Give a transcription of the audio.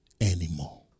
anymore